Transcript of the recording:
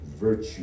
virtue